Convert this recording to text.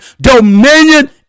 dominion